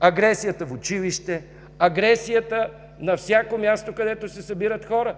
агресията в училище, агресията на всяко място, където се събират хора.